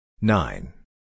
Nine